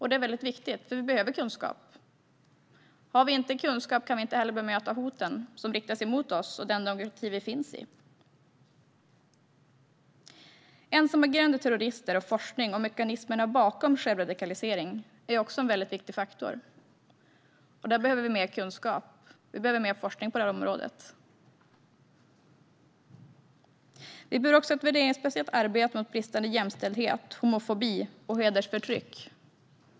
Det är viktigt, för vi behöver kunskap. Har vi inte kunskap kan vi inte heller bemöta hoten som riktas mot oss och den demokrati vi lever i. Forskning om ensamagerande terrorister och mekanismerna bakom självradikalisering är också en viktig faktor. Vi behöver mer kunskap och mer forskning på det området. Vi behöver också ett värderingsbaserat arbete mot bristande jämställdhet, homofobi och hedersförtryck.